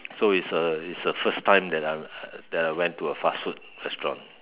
so it's a it's a first time that I that I went to a fast food restaurant